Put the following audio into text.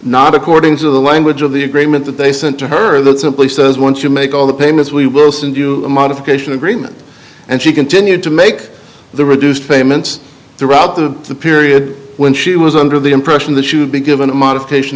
not according to the language of the agreement that they sent to her that simply says once you make all the payments we worsen do a modification agreement and she continued to make the reduced payments throughout the period when she was under the impression that should be given a modification